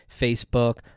Facebook